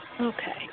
Okay